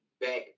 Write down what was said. back